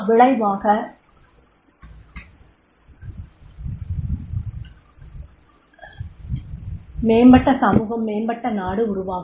விளைவாக மேம்பட்ட சமூகம் மேம்பட்ட நாடு உருவாகும்